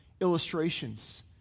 illustrations